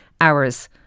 hours